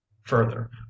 further